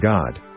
God